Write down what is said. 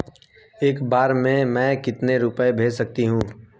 एक बार में मैं कितने रुपये भेज सकती हूँ?